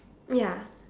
ya